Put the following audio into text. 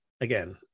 again